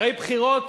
הרי בחירות,